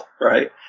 right